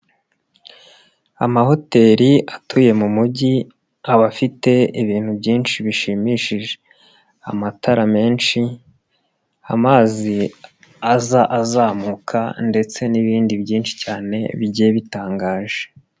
Amahoteli atuye mu mugi aba afite ibintu byinshi bishimishije; amatara menshi, amazi aza azamuka ndetse n'ibindi byinshi cyane bigiye bitangaje.